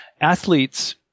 athletes